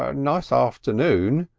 um nice afternoon,